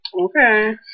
Okay